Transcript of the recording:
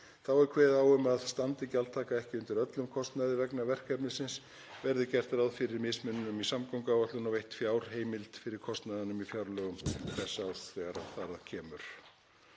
Þá er kveðið á um að standi gjaldtaka ekki undir öllum kostnaði vegna verkefnisins verði gert ráð fyrir mismuninum í samgönguáætlun og veitt fjárheimild fyrir kostnaðinum í fjárlögum þess árs þegar þar að kemur.